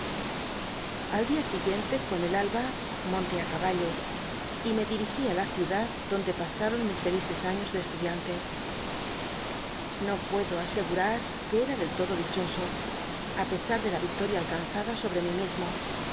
a clia siguiente con el alba mon té i caballo y me dirigí á la ciudad donde pasa ron mis felices aiios de estu diante no pnedo asegurar que era del todo dichoso ú pesa r de la victor ia alt anzada sobre mí mismo